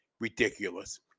Ridiculous